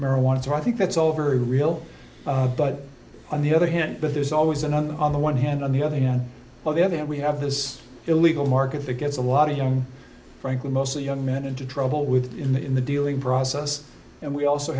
marijuana so i think that's all very real but on the other hand but there's always another on the one hand on the other hand on the other hand we have this illegal market that gets a lot of young frankly mostly young men into trouble with in the in the dealing process and we also